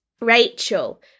Rachel